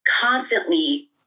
constantly